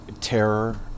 terror